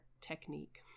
technique